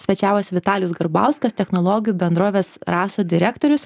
svečiavosi vitalijus garbauskas technologijų bendrovės raso direktorius